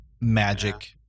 magic